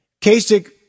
Kasich